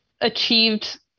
achieved